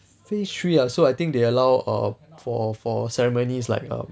phase three ah so I think they allow err for for ceremonies like um